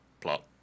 Plot